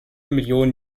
millionen